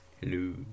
Hello